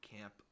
camp